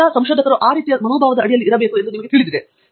ಖಂಡಿತ ಆ ರೀತಿಯ ಒಂದು ಮನೋಭಾವದ ಅಡಿಯಲ್ಲಿ ಇರಬೇಕು ಎಂದು ನಿಮಗೆ ತಿಳಿದಿದೆ